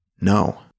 No